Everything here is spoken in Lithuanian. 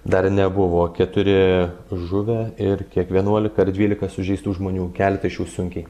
dar nebuvo keturi žuvę ir kiek vienuolika ar dvylika sužeistų žmonių keleta iš jų sunkiai